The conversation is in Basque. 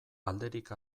alderik